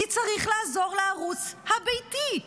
כי צריך לעזור לערוץ הביתי.